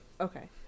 Okay